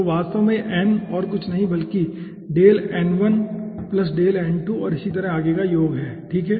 तो वास्तव में यह n और कुछ नहीं बल्कि और इसी तरह आगे का योग है ठीक है